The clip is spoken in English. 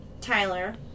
Tyler